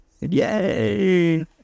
Yay